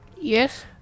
Yes